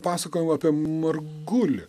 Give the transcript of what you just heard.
pasakojama apie margulį